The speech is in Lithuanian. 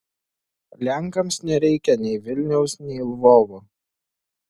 lenkams nereikia nei vilniaus nei lvovo